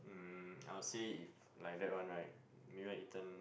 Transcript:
um I would say if like that one right maybe I eaten